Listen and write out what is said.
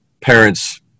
parents